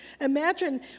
Imagine